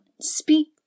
speak